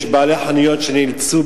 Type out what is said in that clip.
יש בעלי חנויות שנאלצו,